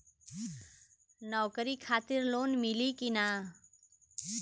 नौकरी खातिर लोन मिली की ना?